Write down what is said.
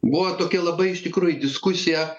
buvo tokia labai iš tikrųjų diskusija